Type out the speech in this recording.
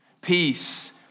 peace